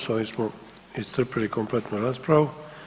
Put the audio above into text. S ovim smo iscrpili kompletnu raspravu.